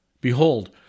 Behold